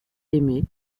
aimé